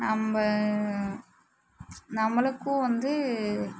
நம்ப நம்மளுக்கும் வந்து